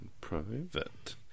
private